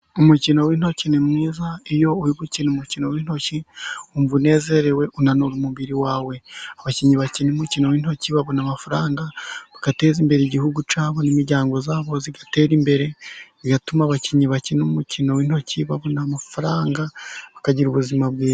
umukino w'intoki ni mwiza, iyo uri gukina umukino w'intoki wumva unezerewe unanura umubiri wawe. Abakinnyi bakina umu w'intoki babona amafaranga, bagateza imbere igihugu cyabo n'imiryango yabo igatera imbere, bigatuma abakinnyi bakina umukino w'intoki babona amafaranga bakagira ubuzima bwiza.